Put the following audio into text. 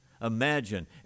Imagine